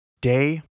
Day